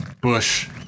Bush